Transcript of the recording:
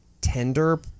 tender